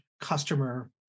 customer